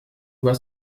joie